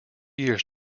years